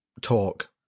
talk